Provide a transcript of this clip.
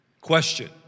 Question